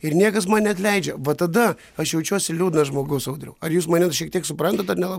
ir niekas man neatleidžia va tada aš jaučiuosi liūdnas žmogus audriau ar jūs mane šiek tiek suprantate ar nela